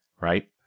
Right